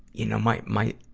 you know, my, my,